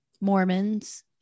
Mormons